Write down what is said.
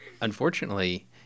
unfortunately